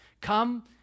Come